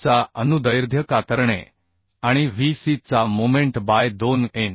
चा longitudinal shear आणि V c चा मोमेंट बाय 2 एन